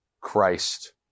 Christ